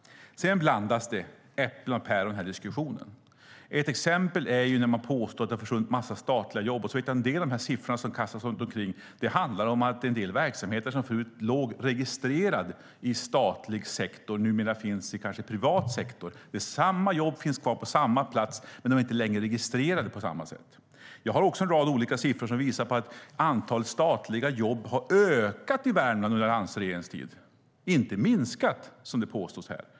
Sedan blandas det äpplen och päron i diskussionen. Ett exempel är när man påstår att det har försvunnit en massa statliga jobb. Men en del av de siffror som kastas runt omkring handlar om att en del verksamheter som förut var registrerade i statlig sektor numera finns i privat sektor, där samma jobb finns kvar på samma plats men inte längre är registrerade på samma sätt. Jag har också en rad olika siffror som visar på att antalet statliga jobb har ökat i Värmland under alliansregeringens tid - inte minskat, som det påstås här.